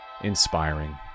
inspiring